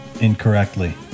incorrectly